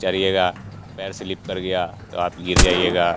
चढ़ियेगा पैर स्लिप कर गया तो आप गिर जाइएगा